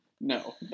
No